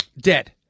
dead